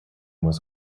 was